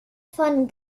von